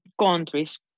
countries